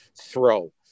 throw